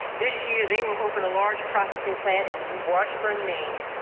this year they will open a large processing plant in washburn, maine,